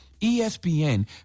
ESPN